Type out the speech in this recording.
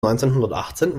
neunzehnhundertachtzehn